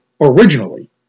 originally